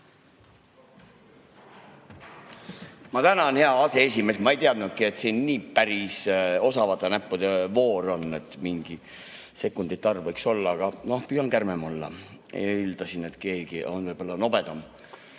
Ma tänan, hea aseesimees! Ma ei teadnudki, et siin päris osavate näppude voor on, mingi sekundite arv võiks olla, aga püüan kärmem olla, eeldasin, et keegi on võib-olla nobedam.